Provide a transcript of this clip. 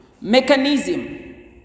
mechanism